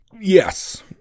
Yes